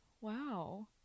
wow